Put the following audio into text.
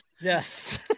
Yes